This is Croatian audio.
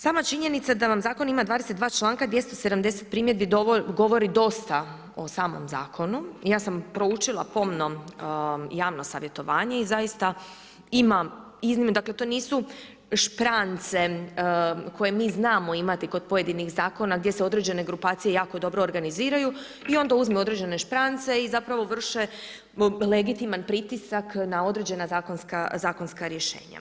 Sama činjenica da vam zakon ima 22 članka i 270 primjedbi govori dosta o samom zakonu i ja sam proučila pomno javno savjetovanje i zaista imam, dakle to nisu šprance koje mi znamo imati kod pojedinih zakona gdje se određene grupacije jako dobro organiziraju i onda uzmu određene šprance i zapravo vrše legitiman pritisak na određena zakonska rješenja.